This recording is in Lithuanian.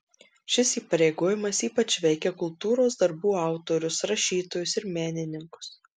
šis įpareigojimas ypač veikia kultūros darbų autorius rašytojus ir menininkus